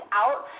out